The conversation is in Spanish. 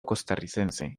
costarricense